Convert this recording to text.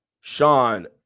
Sean